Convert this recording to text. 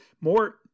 more